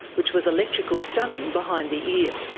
which was electrical stunning behind the ear.